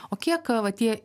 o kiek va tie